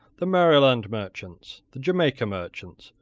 the maryland merchants, the jamaica merchants,